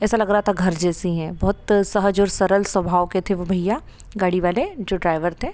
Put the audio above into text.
ऐसा लग रहा था घर जैसे ही हैं बहुत सहज और सरल स्वभाव के थे वो भइया गाड़ी वाले जो ड्राइवर थे